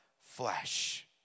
flesh